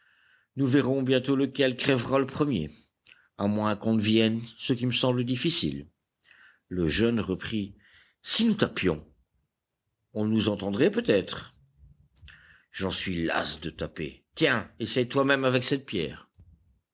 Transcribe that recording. nous verrons bientôt lequel crèvera le premier à moins qu'on ne vienne ce qui me semble difficile le jeune homme reprit si nous tapions on nous entendrait peut-être j'en suis las de taper tiens essaie toi-même avec cette pierre